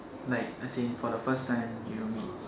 like as in for the first time you meet